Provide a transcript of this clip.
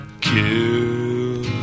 kill